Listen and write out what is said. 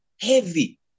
heavy